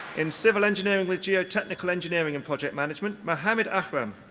in civil engineering with, geotechnical engineering and project management mohamed ahram.